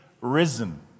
risen